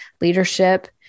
leadership